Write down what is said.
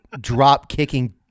drop-kicking